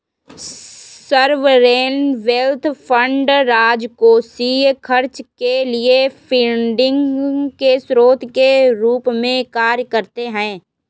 sovereign wealth fund राजकोषीय खर्च के लिए फंडिंग के स्रोत के रूप में कार्य करते हैं